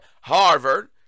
Harvard